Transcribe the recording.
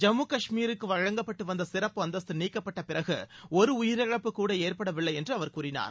ஜம்மு காஷ்மீருக்கு வழங்கப்பட்டு வந்த சிறப்பு அந்தஸ்த்து நீக்கப்பட்டதற்குப் பிறகு ஒரு உயிரிழப்பு கூட ஏற்படவில்லை என்று அவர் கூறினார்